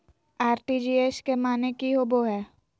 RTGS के माने की होबो है?